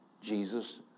Jesus